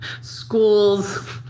schools